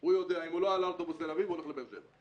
הוא יודע שאם הוא לא עלה על האוטובוס לתל אביב הוא הולך לבאר שבע.